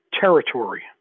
Territory